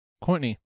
Courtney